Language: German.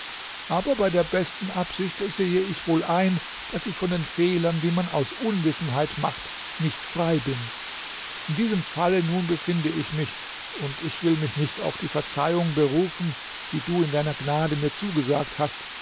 aber bei der besten absicht sehe ich wohl ein daß ich von den fehlern die man aus unwissenheit macht nicht frei bin in diesem falle nun befinde ich mich und ich will mich nicht auf die verzeihung berufen die du in deiner gnade mir zugesagt hast